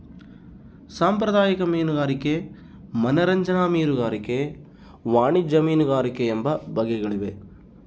ಸಾಂಪ್ರದಾಯಿಕ ಮೀನುಗಾರಿಕೆ ಮನರಂಜನಾ ಮೀನುಗಾರಿಕೆ ವಾಣಿಜ್ಯ ಮೀನುಗಾರಿಕೆ ಎಂಬ ಬಗೆಗಳಿವೆ